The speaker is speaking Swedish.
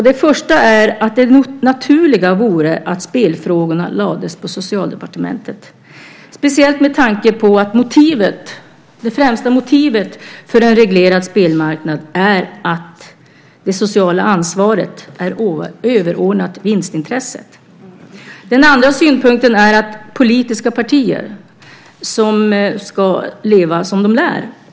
Den första är att det naturliga vore att spelfrågorna lades på Socialdepartementet, speciellt med tanke på att det främsta motivet för en reglerad spelmarknad är att det sociala ansvaret är överordnat vinstintresset. Den andra synpunkten är att politiska partier ska leva som de lär.